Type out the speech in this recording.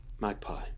Magpie